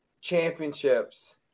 championships